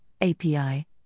API